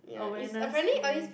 awareness thing